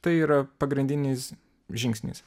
tai yra pagrindinis žingsnis